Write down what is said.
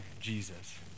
Jesus